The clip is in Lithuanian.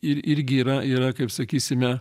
ir irgi yra yra kaip sakysime